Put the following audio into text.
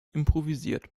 improvisiert